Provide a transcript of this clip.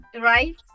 Right